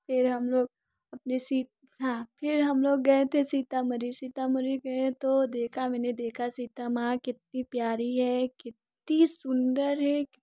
फिर हम लोग अपने सीट हाँ फिर हम लोग गये थे सीतामढ़ी सीतामढ़ी गये तो देखा मैंने देखा सीता माँ कितनी प्यारी है कितनी सुन्दर है